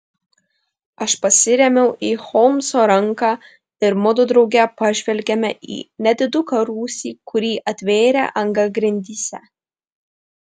aš pasirėmiau į holmso ranką ir mudu drauge pažvelgėme į nediduką rūsį kurį atvėrė anga grindyse